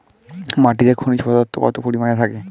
মাটিতে খনিজ পদার্থ কত পরিমাণে থাকে?